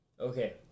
okay